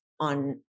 on